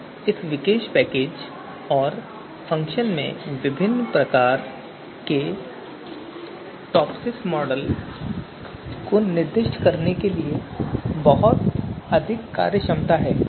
तो इस विशेष पैकेज और फ़ंक्शन में विभिन्न प्रकार के टॉपसिस मॉडल को निर्दिष्ट करने के लिए बहुत अधिक कार्यक्षमता है